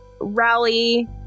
rally